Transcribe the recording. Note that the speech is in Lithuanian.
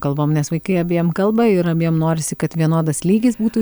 kalbom nes vaikai abiem kalba ir abiem norisi kad vienodas lygis būtų